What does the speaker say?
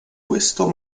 questo